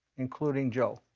including joe.